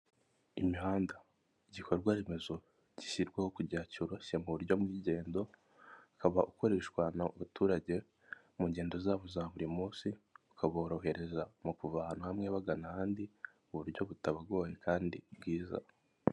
Imihanda igikorwa remezo gishyirwaho kugera cyoroshye mu buryo bw'ingendo, ukaba ukoreshwa n'abaturage mu ngendo zabo za buri munsi, ukaborohereza mu kuva ahantu hamwe bagana ahandi mu buryo butabagoye kandi bwiza.